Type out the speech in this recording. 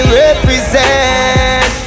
represent